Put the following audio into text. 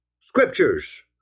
Scriptures